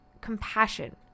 compassion